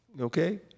Okay